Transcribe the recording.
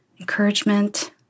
encouragement